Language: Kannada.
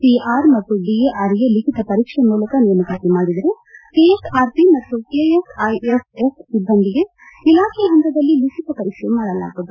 ಸಿಎಆರ್ ಮತ್ತು ಡಿಎಆರ್ಗೆ ಲಿಖಿತ ಪರೀಕ್ಷೆ ಮೂಲಕ ನೇಮಕಾತಿ ಮಾಡಿದರೆ ಕೆಎಸ್ಆರ್ಪಿ ಮತ್ತು ಕೆಎಸ್ಐಎಫ್ಎಸ್ ಸಿಬ್ಬಂದಿಗೆ ಇಲಾಖೆ ಪಂತದಲ್ಲಿ ಲಿಖಿತ ಪರೀಕ್ಷೆ ಮಾಡಲಾಗುವುದು